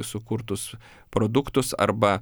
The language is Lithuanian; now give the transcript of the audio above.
sukurtus produktus arba